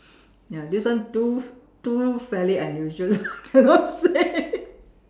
ya this one too too fairly unusual I cannot say